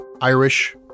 Irish